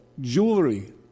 jewelry